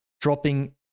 dropping